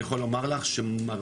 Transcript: אני יכול לומר לך שמרבית,